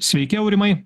sveiki aurimai